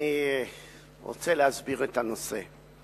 אני רוצה להסביר את הנושא.